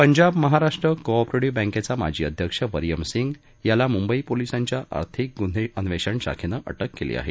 Punjab Maharashtra cooperative बँकेचा माजी अध्यक्ष वरियम सिंग याला मुंबई पोलिसांच्या आर्थिक गुन्हे अन्वेषण शाखेनं अटक केली आहे